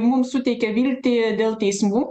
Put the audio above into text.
mums suteikia viltį dėl teismų